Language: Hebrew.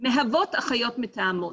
מהוות אחיות מתאמות,